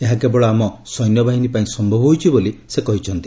ଏହା କେବଳ ଆମ ସୈନ୍ୟବାହିନୀ ପାଇଁ ସମ୍ଭବ ହୋଇଛି ବୋଲି ସେ କହିଛନ୍ତି